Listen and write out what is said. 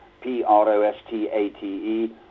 P-R-O-S-T-A-T-E